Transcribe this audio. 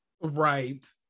Right